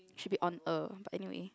should be on a but anyway